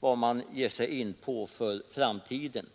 vad man ger sig in på i framtiden.